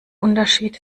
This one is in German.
unterschied